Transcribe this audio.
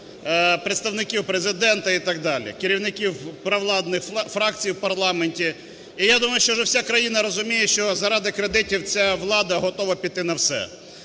представників Президента і так далі, керівників провладних фракцій в парламенті. І, я думаю, що вже вся країна розуміє, що заради кредитів ця влада готова піти на все.